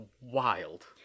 wild